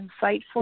insightful